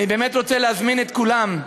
אני באמת רוצה להזמין את כולם.